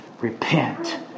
Repent